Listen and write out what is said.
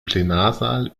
plenarsaal